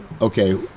okay